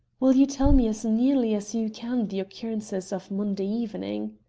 will you tell me as nearly as you can the occurrences of monday evening?